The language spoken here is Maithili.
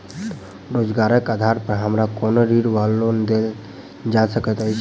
रोजगारक आधार पर हमरा कोनो ऋण वा लोन देल जा सकैत अछि?